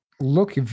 look